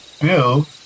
Bill